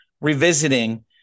revisiting